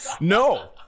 No